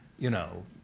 you know,